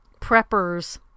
preppers